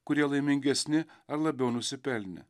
kurie laimingesni ar labiau nusipelnę